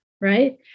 right